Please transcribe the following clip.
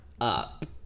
up